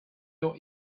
your